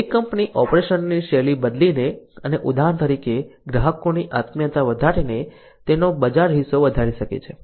એક કંપની ઓપરેશનની શૈલી બદલીને અને ઉદાહરણ તરીકે ગ્રાહકોની આત્મીયતા વધારીને તેનો બજાર હિસ્સો વધારી શકે છે